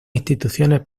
instituciones